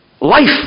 Life